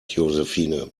josephine